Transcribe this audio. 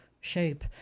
shape